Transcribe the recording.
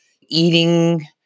eating